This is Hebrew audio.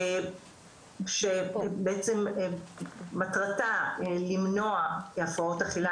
שבעצם מטרתה למנוע הפרעות אכילה,